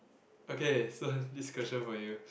okay so I have this question for you